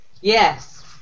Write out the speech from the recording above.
Yes